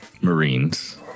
Marines